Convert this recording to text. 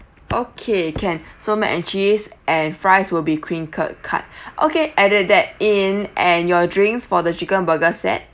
okay can so mac and cheese and fries will be crinkle cut okay added that in and your drinks for the chicken burger set